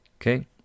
Okay